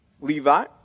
Levi